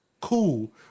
cool